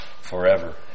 forever